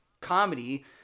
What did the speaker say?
comedy